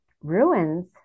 ruins